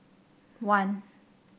one